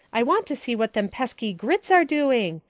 i want to see what them pesky grits are doing.